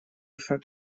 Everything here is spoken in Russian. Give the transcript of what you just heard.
шаг